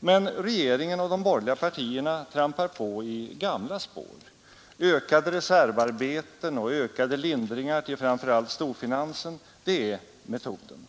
Men regeringen och de borgerliga partierna trampar på i gamla spår. Ökade reservarbeten och ökade lindringar till framför allt storfinansen är metoden.